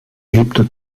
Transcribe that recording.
lebte